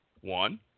one